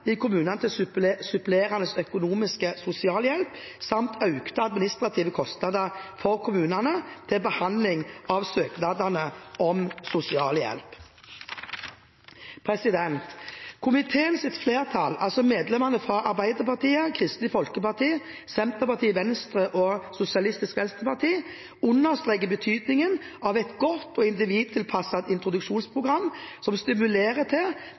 for kommunene til behandling av søknadene om sosialhjelp. Komiteens flertall, medlemmene fra Arbeiderpartiet, Kristelig Folkeparti, Senterpartiet, Venstre og Sosialistisk Venstreparti, understreker betydningen av et godt og individtilpasset introduksjonsprogram som stimulerer til